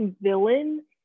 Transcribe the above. villain